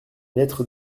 lettre